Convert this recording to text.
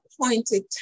appointed